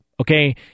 Okay